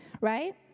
Right